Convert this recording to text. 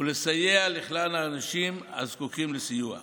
ולסייע לכלל האנשים הזקוקים לסיוע.